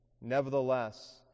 Nevertheless